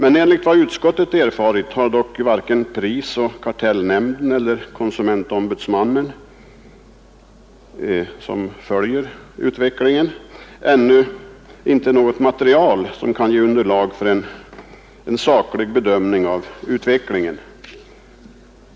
Enligt vad utskottet erfarit har dock varken prisoch kartellnämnden eller konsumentombudsmannen, som följer utvecklingen, ännu något material som kan ge underlag för en saklig bedömning av frågan.